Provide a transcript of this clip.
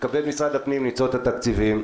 יתכבד משרד הפנים למצוא את התקציבים.